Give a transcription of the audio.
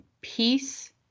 peace